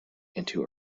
into